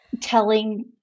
telling